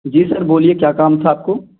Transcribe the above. جی sir بولیے کیا کام تھا آپ کو